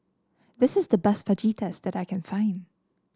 this is the best Fajitas that I can find